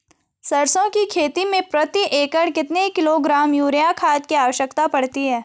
सरसों की खेती में प्रति एकड़ कितने किलोग्राम यूरिया खाद की आवश्यकता पड़ती है?